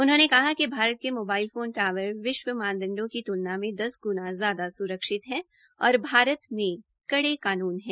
उन्होंने कहा कि भारत के मोबाइल फोन टावर विश्व मानदंडो की तुलना में दस गुणा ज्यादा स्रक्षित है और भारत में कड़े कानून है